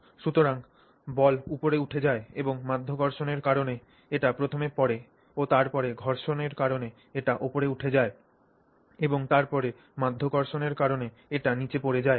সুতরাং বল উপরে উঠে যায় এবং মাধ্যাকর্ষণের কারণে এটি প্রথমে পড়ে ও তারপরে ঘর্ষণ কারণে এটি উপরে উঠে যায় এবং তারপরে মাধ্যাকর্ষণের কারণে এটি নিচে পড়ে যায়